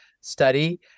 study